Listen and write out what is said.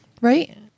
Right